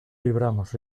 libramos